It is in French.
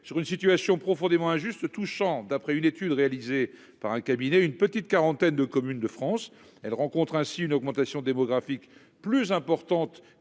sur une situation profondément injuste touchant, d'après une étude réalisée par un cabinet, une petite quarantaine de communes de France, qui connaissent une augmentation démographique plus importante